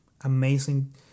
amazing